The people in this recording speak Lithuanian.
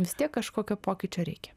vis tiek kažkokio pokyčio reikia